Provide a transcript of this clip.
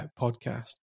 podcast